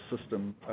system